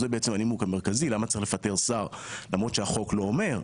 זה בעצם הנימוק המרכזי למה צריך לפטר שר למרות שהחוק לא אומר.